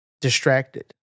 distracted